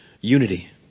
unity